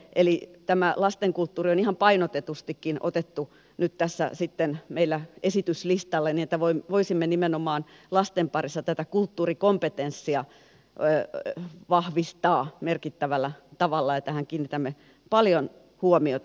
eli tämä lastenkulttuuri on ihan painotetustikin otettu nyt tässä sitten meillä esityslistalle niin että voisimme nimenomaan lasten parissa tätä kulttuurikompetenssia vahvistaa merkittävällä tavalla ja tähän kiinnitämme paljon huomiota